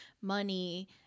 money